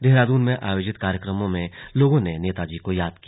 देहरादून में आयोजित कार्यक्रम में लोगों ने नेताजी को याद किया